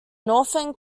northern